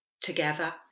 together